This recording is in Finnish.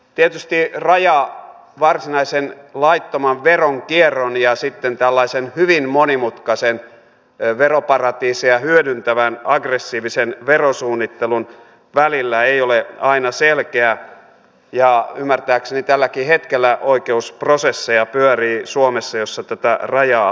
tietysti raja varsinaisen laittoman veronkierron ja sitten tällaisen hyvin monimutkaisen veroparatiiseja hyödyntävän aggressiivisen verosuunnittelun välillä ei ole aina selkeä ja ymmärtääkseni tälläkin hetkellä suomessa pyörii oikeusprosesseja joissa tätä rajaa haetaan